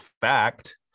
fact